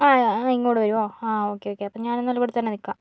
ആ ആ ഇങ്ങോട്ട് വരുമോ ആ ഓക്കെ ഓക്കെ അപ്പോൾ ഞാനെന്നാൽ ഇവടെ തന്നെ നിൽക്കാം